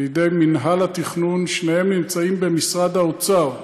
בידי מינהל התכנון שניהם נמצאים במשרד האוצר.